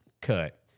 cut